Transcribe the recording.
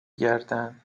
گردن